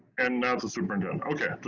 and not the superintendent.